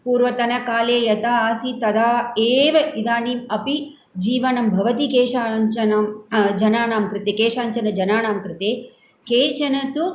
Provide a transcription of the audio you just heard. पूर्वतनकाले यता आसीत् तदा एव इदानीम् अपि जीवनं भवति केषाञ्चन जनानां कृते केषाञ्चन जनानां कृते केचन तु